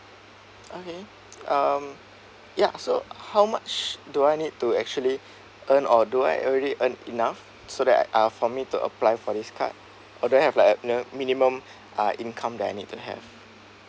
okay um ya so how much do I need to actually earn or do I already earn enough so that uh for me to apply for this card or do I have to like you know minimum uh income that I need to have